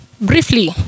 briefly